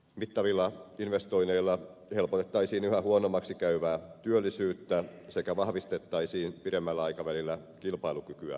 mittavilla investoinneilla helpotettaisiin yhä huonommaksi käyvää työllisyyttä sekä vahvistettaisiin pidemmällä aikavälillä kilpailukykyämme